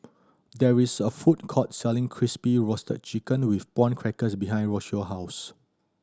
there is a food court selling Crispy Roasted Chicken with Prawn Crackers behind Rocio house